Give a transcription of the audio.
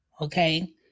okay